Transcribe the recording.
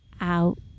out